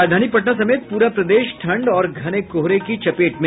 और राजधानी पटना समेत प्ररा प्रदेश ठंड और घने कोहरे की चपेट में